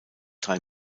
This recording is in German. drei